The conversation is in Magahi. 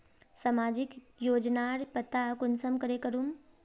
सामाजिक योजनार पता कुंसम करे करूम?